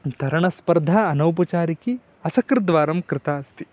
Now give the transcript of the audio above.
तरणस्पर्धा अनौपचारिकी असकृद्वारं कृता अस्ति